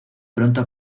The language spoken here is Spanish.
pronto